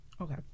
okay